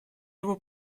его